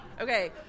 Okay